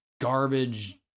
garbage